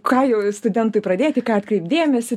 ką jau studentui pradėt į ką atkreipt dėmesį